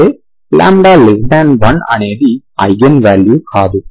అంటే λ1 అనేది eigenvalue కాదు